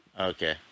Okay